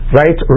right